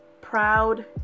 proud